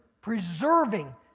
Preserving